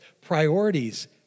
Priorities